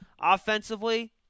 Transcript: offensively